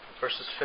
verses